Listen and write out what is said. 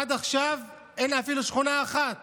עד עכשיו אין אפילו שכונה אחת